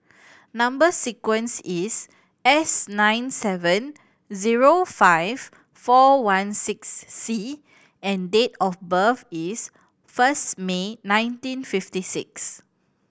number sequence is S nine seven zero five four one six C and date of birth is first May nineteen fifty six